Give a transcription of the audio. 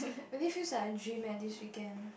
really feels like a dream eh this weekend